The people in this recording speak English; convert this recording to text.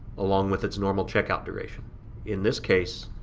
along with its normal checkout duration in this case,